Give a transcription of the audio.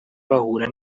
bahura